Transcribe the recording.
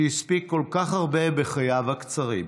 שהספיק כל כך הרבה בחייו הקצרים: